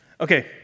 Okay